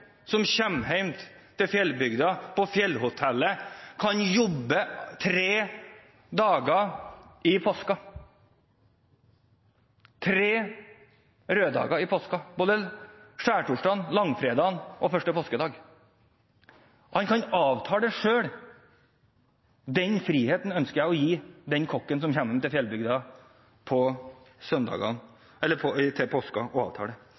kommer hjem til fjellbygda, på fjellhotellet, kan jobbe tre dager i påsken – tre røde dager i påsken, både skjærtorsdag, langfredag og 1. påskedag. Han kan avtale selv, den friheten ønsker jeg å gi den kokken som kommer hjem til fjellbygda til påske. Og en student kan avtale tre søndager på